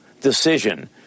decision